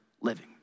living